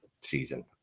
season